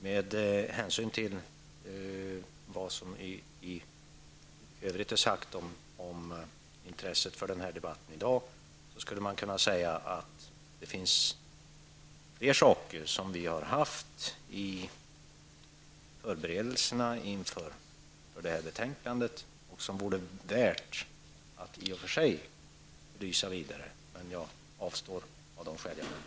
Med anledning av det som i övrigt har sagts om intresset för den här debatten i dag, skulle man kunna säga att det finns fler saker som vi har haft med i förberedelserna för det här betänkandet, vilka vore värda att belysa vidare. Men jag avstår av de skäl som jag angett.